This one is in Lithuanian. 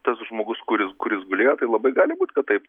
tas žmogus kuris kuris gulėjo tai labai gali būt kad taip